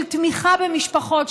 של תמיכה במשפחות,